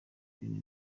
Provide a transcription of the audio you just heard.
ibintu